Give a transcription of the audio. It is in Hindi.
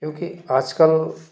क्योंकि आजकल